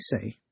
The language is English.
say